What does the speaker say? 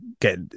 get